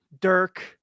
Dirk